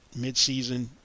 midseason